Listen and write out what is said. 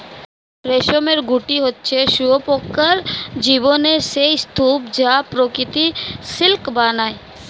রেশমের গুটি হচ্ছে শুঁয়োপোকার জীবনের সেই স্তুপ যা প্রকৃত সিল্ক বানায়